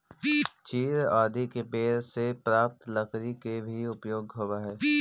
चीड़ आदि के पेड़ से प्राप्त लकड़ी के भी उपयोग होवऽ हई